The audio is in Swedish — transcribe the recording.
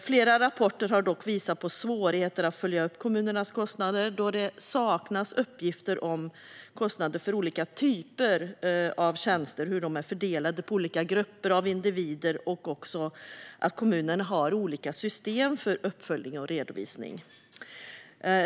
Flera rapporter har dock visat på svårigheter att följa upp kommunernas kostnader då det till exempel saknas uppgifter om kostnader för olika typer av tjänster och hur de är fördelade på olika grupper. Kommunerna har också olika system för uppföljning och redovisning.